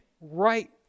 right